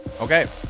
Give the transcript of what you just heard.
Okay